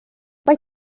mae